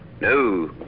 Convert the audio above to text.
No